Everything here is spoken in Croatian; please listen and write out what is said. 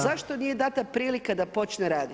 Zašto nije dana prilika da počne raditi?